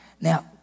Now